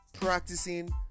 practicing